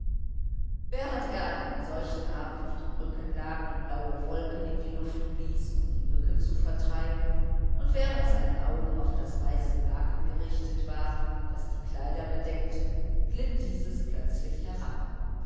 während er an einem solchen abend auf dem rücken lag und blaue wolken in die luft blies um die mücken zu vertreiben und während seine augen auf das weiße laken gerichtet waren das die kleider bedeckte glitt dieses plötzlich herab